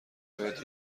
باید